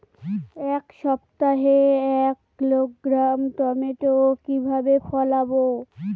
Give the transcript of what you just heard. এক সপ্তাহে এক কিলোগ্রাম টমেটো কিভাবে ফলাবো?